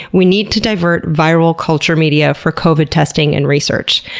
we need to divert viral culture media for covid testing and research.